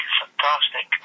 fantastic